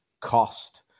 cost